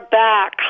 back